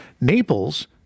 Naples